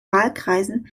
wahlkreisen